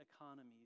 economies